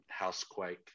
Housequake